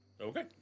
Okay